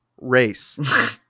race